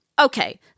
Okay